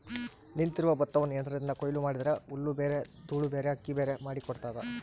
ನಿಂತಿರುವ ಭತ್ತವನ್ನು ಯಂತ್ರದಿಂದ ಕೊಯ್ಲು ಮಾಡಿದರೆ ಹುಲ್ಲುಬೇರೆ ದೂಳುಬೇರೆ ಅಕ್ಕಿಬೇರೆ ಮಾಡಿ ಕೊಡ್ತದ